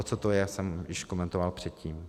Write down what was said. Co to je, jsem již komentoval předtím.